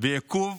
ועיכוב